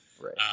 Right